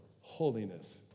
Holiness